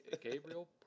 Gabriel